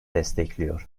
destekliyor